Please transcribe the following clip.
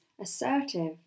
assertive